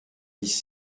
dix